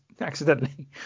accidentally